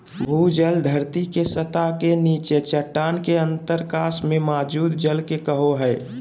भूजल धरती के सतह के नीचे चट्टान के अंतरकाश में मौजूद जल के कहो हइ